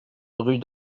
rue